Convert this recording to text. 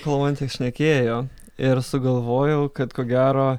kol mantė šnekėjo ir sugalvojau kad ko gero